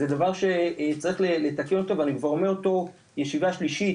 זה דבר שצריך לתקן אותו ואני כבר אומר אותו ישיבה שלישית,